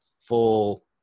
full